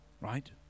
right